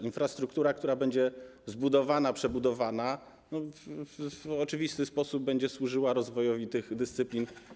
Infrastruktura, która będzie zbudowana, przebudowana, w oczywisty sposób będzie służyła rozwojowi tych dyscyplin.